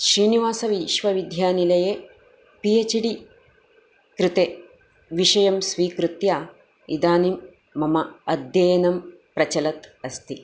श्रीनिवासविश्वविद्यानिलये P H D कृते विशयम् स्वीकृत्य इदानिं मम अध्ययनं प्रचलत् अस्ति